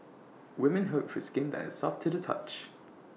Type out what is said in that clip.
women hope for skin that is soft to the touch